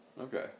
Okay